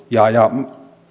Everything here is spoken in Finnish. ja ja